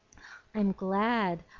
i'm glad!